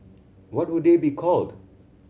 what would they be called